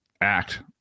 act